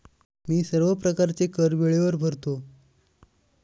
मी सर्व प्रकारचे कर वेळेवर भरतो